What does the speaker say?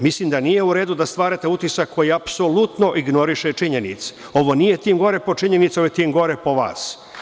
Mislim da nije u redu da stvarate utisak, koji apsolutno ignoriše činjenice, ovo nije tim gore po činjenice, ovo je tim gore po vas.